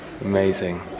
Amazing